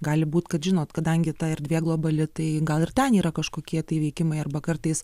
gali būt kad žinot kadangi ta erdvė globali tai gal ir ten yra kažkokie tai veikimai arba kartais